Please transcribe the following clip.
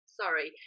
sorry